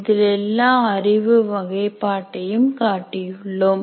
இதில் எல்லா அறிவு வகைபாட்டையும் காட்டியுள்ளோம்